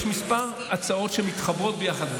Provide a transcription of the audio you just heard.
יש כמה הצעות שמתחברות ביחד.